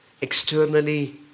externally